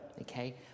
Okay